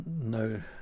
no